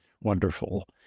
Wonderful